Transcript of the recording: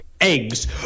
eggs